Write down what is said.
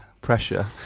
pressure